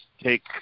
take